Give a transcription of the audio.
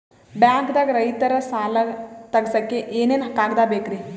ಬ್ಯಾಂಕ್ದಾಗ ರೈತರ ಸಾಲ ತಗ್ಸಕ್ಕೆ ಏನೇನ್ ಕಾಗ್ದ ಬೇಕ್ರಿ?